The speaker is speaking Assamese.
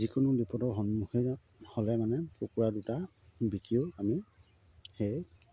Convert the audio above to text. যিকোনো বিপদৰ সন্মুখীন হ'লে মানে কুকুৰা দুটা বিকিও আমি সেই